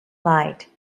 light